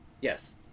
Yes